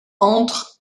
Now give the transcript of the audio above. entre